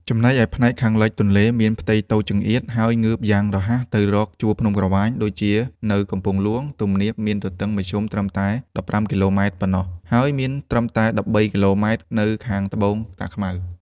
ចំណែកឯផ្នែកខាងលិចទន្លេ មានផ្ទៃតូចចង្អៀត ហើយងើបយ៉ាងរហ័សទៅរកជួរភ្នំក្រវាញ ដូចជានៅកំពង់ហ្លួង ទំនាបមានទទឹងមធ្យមត្រឹមតែ ១៥ គីឡូម៉ែត្រប៉ុណ្ណោះ ហើយមានត្រឹមតែ ១៣ គីឡូម៉ែត្រនៅខាងត្បូងតាខ្មៅ។